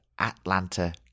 Atlanta